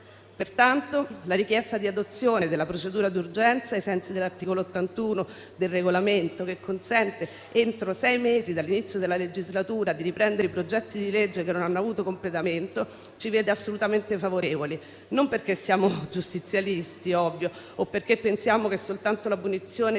Pertanto, la richiesta di adozione della procedura d'urgenza, ai sensi dell'articolo 81 del Regolamento, che consente, entro sei mesi dall'inizio della legislatura, di riprendere i progetti di legge che non hanno avuto completamento, ci vede assolutamente favorevoli, non perché siamo giustizialisti - è ovvio - o perché pensiamo che soltanto la punizione sia